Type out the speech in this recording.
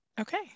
okay